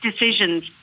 decisions